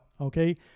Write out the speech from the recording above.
okay